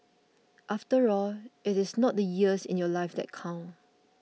after all it is not the years in your life that count